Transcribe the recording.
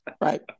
Right